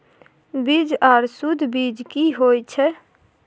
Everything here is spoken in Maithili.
बीज आर सुध बीज की होय छै?